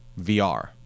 VR